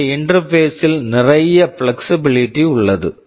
இங்கே interface interface ல் நிறைய பிளெக்ஸிபிலிட்டி flexibility உள்ளது